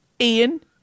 Ian